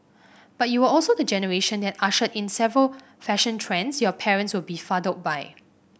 but you were also the generation that ushered in several fashion trends your parents were befuddled by